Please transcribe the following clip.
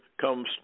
comes